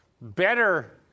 better